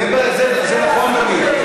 זה נכון תמיד.